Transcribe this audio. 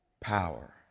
power